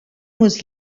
muss